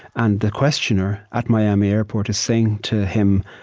and the questioner at miami airport is saying to him,